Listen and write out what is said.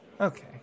Okay